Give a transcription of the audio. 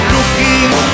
Looking